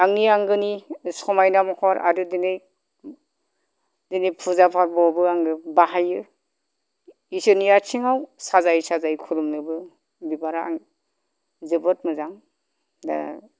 आंनि आंगोनि समायना महर आरो दिनै दिनै फुजा फोरबोयावबो आङो बाहायो इसोरनि आथिङाव साजाय साजाय खुलुमनोबो बिबारा जोबोद मोजां दा